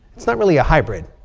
it's not really a hybrid.